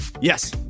Yes